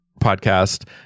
podcast